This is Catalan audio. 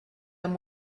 amb